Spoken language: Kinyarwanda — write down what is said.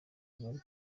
bari